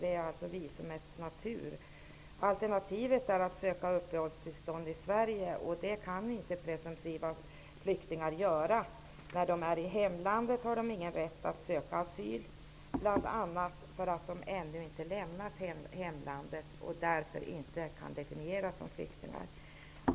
Det är visumets natur. Alternativet är att söka uppehållstillstånd i Sverige, och det kan inte presumtiva flyktingar göra. När de är i hemlandet har de ingen rätt att söka asyl, bl.a. för att de ännu inte lämnat hemlandet och därför inte kan definieras som flyktingar.